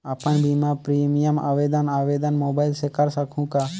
अपन बीमा प्रीमियम आवेदन आवेदन मोबाइल से कर सकहुं का?